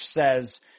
says